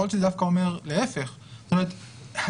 יכול להיות שזה אומר הפוך לפעמים